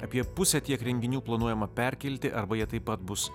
apie pusę tiek renginių planuojama perkelti arba jie taip pat bus